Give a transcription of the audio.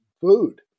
food